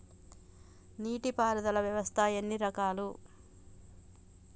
నీటి పారుదల వ్యవస్థ ఎన్ని రకాలు?